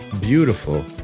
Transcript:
beautiful